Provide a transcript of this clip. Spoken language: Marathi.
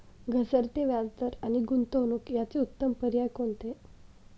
घसरते व्याजदर आणि गुंतवणूक याचे उत्तम पर्याय कोणते?